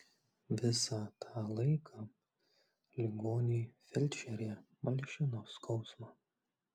visą tą laiką ligoniui felčerė malšino skausmą